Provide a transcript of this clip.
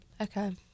okay